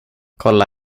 kolla